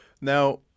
Now